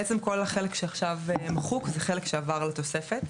בעצם כל החלק שעכשיו מחוק זה חלק שעבר לתוספת,